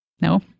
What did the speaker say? No